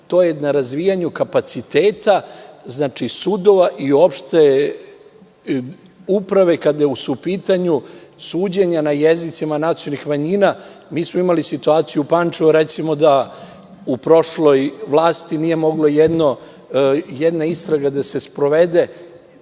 to je na razvijanju kapaciteta sudova i uopšte uprave kada su u pitanju suđenja na jezicima nacionalnih manjina. Mi smo imali situaciju u Pančevu da u prošloj vlasti nije mogla jedna istraga da se sprovede